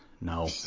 no